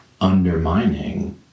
undermining